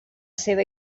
seva